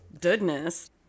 goodness